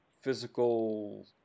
physical